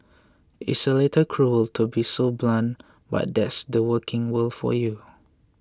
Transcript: it's a little cruel to be so blunt but that's the working world for you